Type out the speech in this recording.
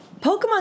Pokemon